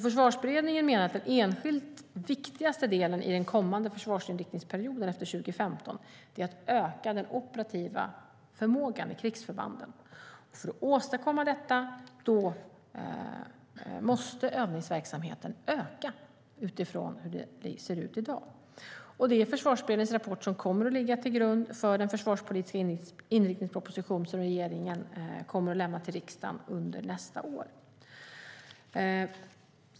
Försvarsberedningen menar att den enskilt viktigaste delen i den kommande försvarsinriktningsperioden efter 2015 är att öka den operativa förmågan i krigsförbanden. För att åstadkomma detta måste övningsverksamheten öka utifrån hur det ser ut i dag. Det är Försvarsberedningens rapport som kommer att ligga till grund för den försvarspolitiska inriktningsproposition som regeringen kommer att lämna till riksdagen nästa år.